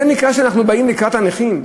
זה נקרא שאנחנו באים לקראת הנכים?